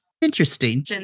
interesting